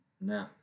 No